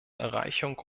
erreichung